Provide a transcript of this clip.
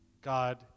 God